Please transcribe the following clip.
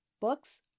Books